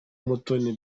mutoni